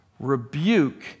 Rebuke